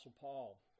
Paul